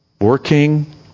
working